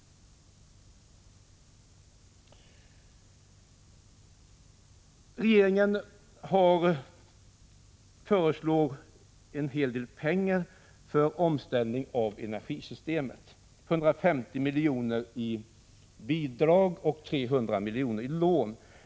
Regeringen föreslår att en hel del pengar anslås till omställning av energisystemet — 150 miljoner i bidrag och 300 miljoner i lån.